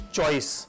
Choice